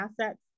assets